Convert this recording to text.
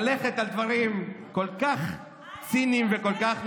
ולא ללכת על דברים כל כך ציניים וכל כך נמוכים.